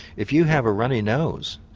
if you have a runny nose,